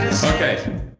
Okay